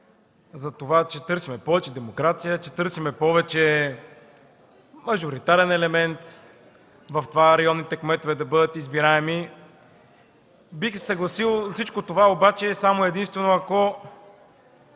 за това, че търсим повече демокрация, че търсим повече мажоритарен елемент в това районните кметове да бъдат избираеми. Бих се съгласил с всичко това само и единствено ако